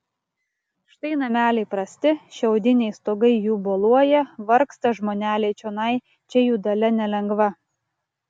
štai nameliai prasti šiaudiniai stogai jų boluoja vargsta žmoneliai čionai čia jų dalia nelengva